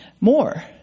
more